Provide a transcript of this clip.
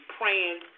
praying